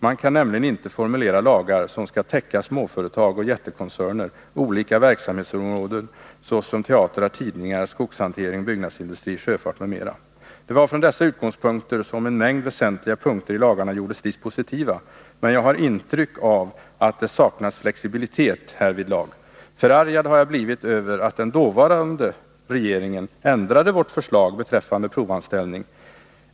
Man kan nämligen inte formulera lagar som skall täcka småföretag och jättekoncerner, olika verksamhetsområden såsom teatrar, tidningar, skogshantering, byggnadsindustri, sjöfart m.m. Det var från dessa utgångspunkter som en mängd väsentliga punkter i lagarna gjordes dispositiva, men jag har intryck av att det saknats flexibilitet härvidlag. Förargad har jag blivit över att den dåvarande regeringen ändrade vårt förslag beträffande provanställning.